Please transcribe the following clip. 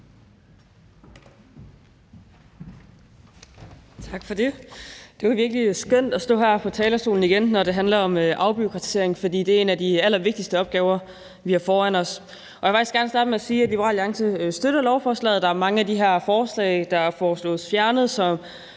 Tak for det. Det er virkelig skønt at stå her på talerstolen igen, når det handler om afbureaukratisering, for det er en af de allervigtigste opgaver, vi har foran os. Jeg vil faktisk gerne starte med at sige, at Liberal Alliance støtter lovforslaget. Der er mange af de her ting, der foreslås fjernet,